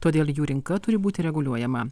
todėl jų rinka turi būti reguliuojama